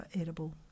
edible